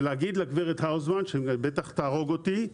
ולהגיד לגברת האוזמן, שבטח תהרוג אותי,